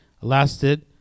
lasted